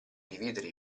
dividere